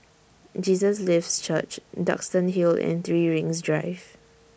Jesus Lives Church Duxton Hill and three Rings Drive